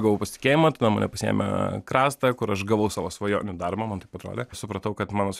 gavau pasitikėjimą tada mane pasiėmė krasta kur aš gavau savo svajonių darbą man taip atrodė supratau kad mano